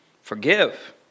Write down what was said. Forgive